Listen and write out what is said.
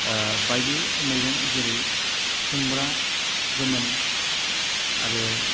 बायदि मैगं जेरै खुमब्रा गोमोन आरो